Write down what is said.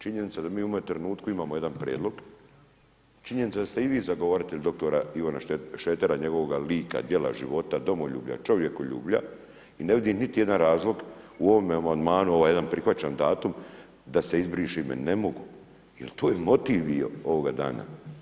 Činjenica je da mi u ovom trenutku imamo jedan prijedlog, činjenica je da ste i vi zagovaratelj dr. Ivana Šretera, njegovoga lika, djela, života, domoljublja, čovjekoljublja i ne vidim niti jedan razlog u ovome amandmanu, ova jedan prihvaćen datum, da se izbriše ime, ne mogu jer to je motiv bio ovoga dana.